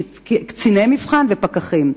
קציני מבחן ופקחים.